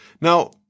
Now